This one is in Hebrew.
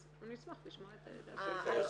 אז אשמח לשמוע את דעתך.